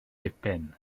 dipyn